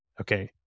Okay